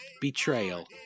betrayal